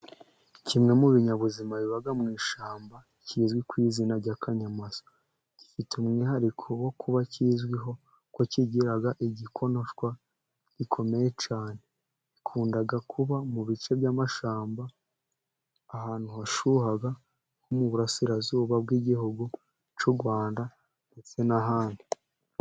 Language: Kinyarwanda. Kimwe mu binyabuzima biba mu ishyamba kizwi ku izina ry'akanyamasyo, gifite umwihariko wo kuba kizwiho ko kigira igikonoshwa gikomeye cyane, gikunda kuba mu bice by'amashamba, ahantu hashyuha, nko mu burasirazuba bw'igihugu cy'u Rwanda ndetse n'ahandi.